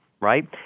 right